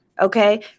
Okay